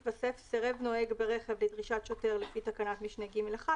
יתווסף: "סירב נוהג ברכב לדרישת שוטר לפי תקנת משנה (ג1),